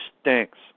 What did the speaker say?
stinks